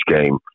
game